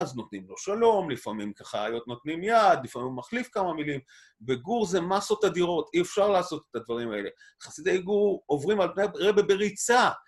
אז נותנים לו שלום, לפעמים ככה נותנים יד, לפעמים הוא מחליף כמה מילים. בגור זה מסות אדירות, אי אפשר לעשות את הדברים האלה. חסידי גור עוברים על פני הרבה בריצה.